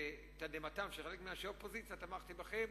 לתדהמתם של חלק מאנשי האופוזיציה תמכתי בכם,